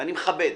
ואני מכבד.